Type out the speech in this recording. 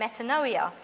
metanoia